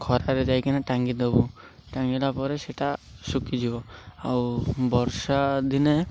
ଖରାରେ ଯାଇକିନା ଟାଙ୍ଗି ଦବୁ ଟାଙ୍ଗି ଦେଲା ପରେ ସେଇଟା ଶୁଖିଯିବ ଆଉ ବର୍ଷା ଦିନ